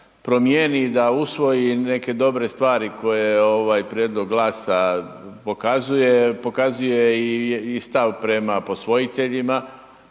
promijeni i da usvoji neke dobre stvari koje je ovaj prijedlog GLAS-a pokazuje. Pokazuje i stav prema posvojiteljima